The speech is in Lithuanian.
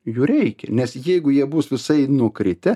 jų reikia nes jeigu jie bus visai nukritę